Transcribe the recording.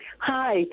Hi